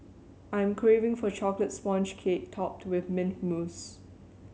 I am craving for a chocolate sponge cake topped with mint mousse